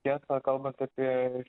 tiesa kalbant apie